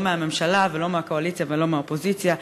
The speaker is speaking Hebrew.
לא מהממשלה ולא מהקואליציה ולא מהאופוזיציה.